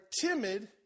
timid